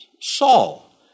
Saul